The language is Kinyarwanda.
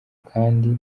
kandi